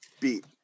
beat